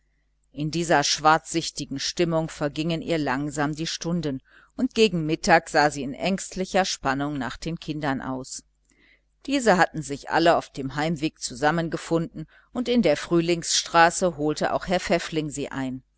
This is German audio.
in dieser schwarzsichtigen stimmung vergingen ihr langsam die stunden und gegen mittag sah sie in ängstlicher spannung nach den kindern aus diese hatten sich alle auf dem heimweg zusammengefunden und in der frühlingsstraße holte auch herr pfäffling sie ein